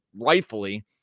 rightfully